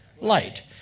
light